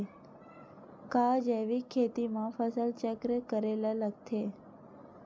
का जैविक खेती म फसल चक्र करे ल लगथे?